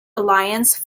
alliance